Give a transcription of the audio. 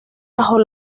bajo